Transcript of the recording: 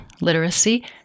literacy